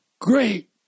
great